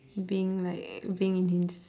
being like being in his